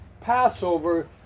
Passover